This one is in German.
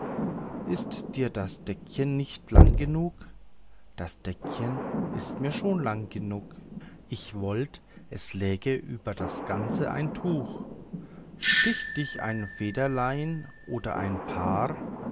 ist dir das deckchen nicht lang genug das deckchen ist mir schon lang genug ich wollt es läge über das ganze ein tuch sticht dich ein federlein oder ein paar